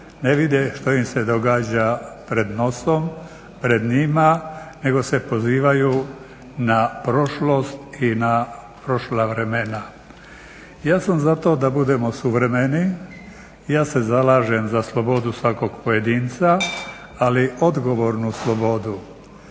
ne vide što im se događa pred nosom, pred njima nego se pozivaju na prošlost i na prošla vremena. Ja sam za to da budemo suvremeniji, ja se zalažem za slobodu svakog pojedinca, ali odgovornu slobodu.